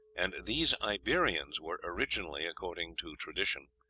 and these iberians were originally, according to tradition,